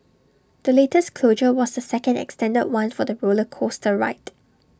the latest closure was the second extended one for the roller coaster ride